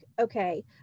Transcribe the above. okay